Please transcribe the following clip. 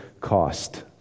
cost